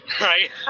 Right